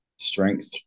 strength